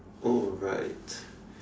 oh right